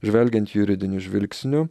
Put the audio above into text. žvelgiant juridiniu žvilgsniu